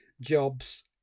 jobs